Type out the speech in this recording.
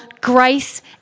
grace